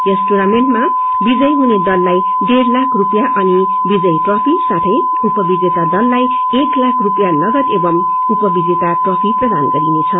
यस टुर्नामेन्टमा विजयी हुने दललाई डेढ़ लाख रूपियाँ अनि विजची ट्रफी एवं उपविजेता दललाई एक लाख रूपियाँ नगद एवं उपविजेता ट्रफी प्रदान गरिनेछ